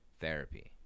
therapy